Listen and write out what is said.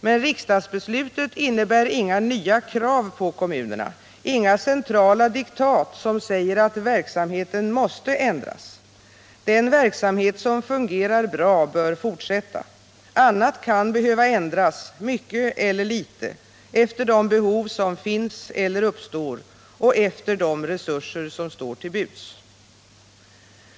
Men riksdagsbeslutet innebär inga nya krav på kommunerna, inga centrala diktat som säger att verksamheten måste ändras — den verksamhet som fungerar bra bör fortsätta, men annat kan behöva ändras, mycket eller litet, efter de behov som finns eller uppstår och efter de resurser som står till buds.